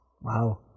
Wow